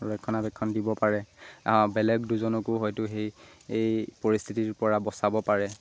ৰক্ষণাবেক্ষণ দিব পাৰে বেলেগ দুজনকো হয়তো সেই এই পৰিস্থিতিৰপৰা বচাব পাৰে